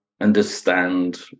understand